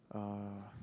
uh